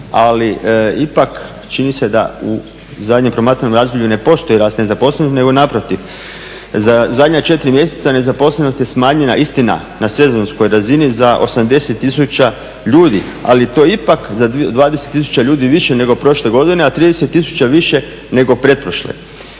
ali ipak čini se da u zadnjem promatranom razdoblju ne postoji rast nezaposlenih, nego naprotiv. Zadnja 4 mjeseca nezaposlenost je smanjena istina na sezonskoj razini za 80 000 ljudi, ali to je ipak za 20 000 ljudi više nego prošle godine, a 30 000 više nego pretprošle.